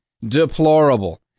deplorable